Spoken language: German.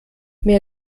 mehr